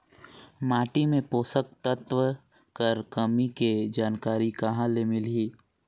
माटी मे पोषक तत्व कर कमी के जानकारी कहां ले मिलही?